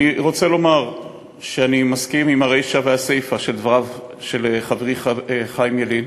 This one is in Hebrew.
אני רוצה לומר שאני מסכים לרישה ולסיפה של דברי חברי חיים ילין,